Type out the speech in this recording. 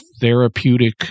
therapeutic